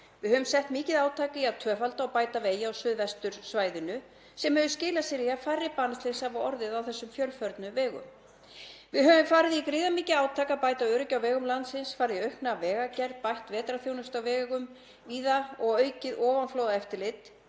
Við höfum sett mikið átak í að tvöfalda og bæta vegi á suðvestursvæðinu sem hefur skilað sér í að færri banaslys hafa orðið á þessum fjölförnu vegum. Við höfum farið í gríðarmikið átak við að bæta öryggi á vegum landsins, farið í aukna vegagerð, bætt vetrarþjónustu á vegum víða og aukið ofanflóðaeftirlit